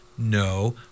No